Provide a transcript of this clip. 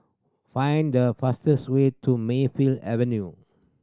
find the fastest way to Mayfield Avenue